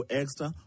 extra